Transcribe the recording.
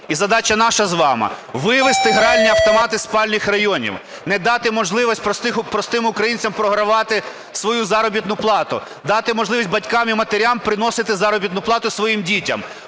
і задача наша з вами – вивести гральні автомати з спальних районів, не дати можливості простим українцям програвати свою заробітну плату, дати можливість батькам і матерям приносити заробітну плату своїм дітям.